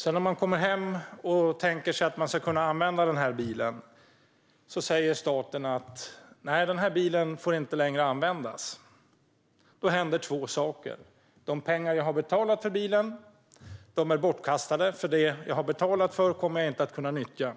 sedan kommer hem och tänker sig att man ska kunna använda bilen men staten säger att bilen inte längre får användas händer två saker. De pengar jag har betalat för bilen är bortkastade, för det som jag har betalat för kommer jag inte att kunna nyttja.